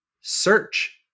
search